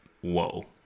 whoa